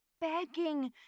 begging